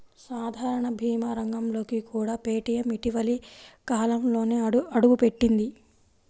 సాధారణ భీమా రంగంలోకి కూడా పేటీఎం ఇటీవలి కాలంలోనే అడుగుపెట్టింది